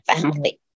family